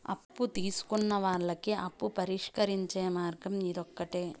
అప్పు తీసుకున్న వాళ్ళకి అప్పు పరిష్కరించే మార్గం ఇదొకటి